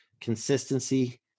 consistency